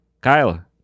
Kyle